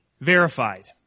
verified